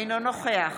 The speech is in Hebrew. אינו נוכח